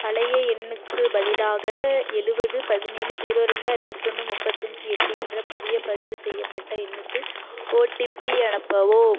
பழைய எண்ணுக்குப் பதிலாக எழுவது பதினேலு ஜீரோ ரெண்டு அறுபத்தொன்னு முப்பத்தஞ்சு எட்டு என்ற புதிய பதிவு செய்யப்பட்ட எண்ணுக்கு ஓடிபி அனுப்பவும்